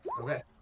Okay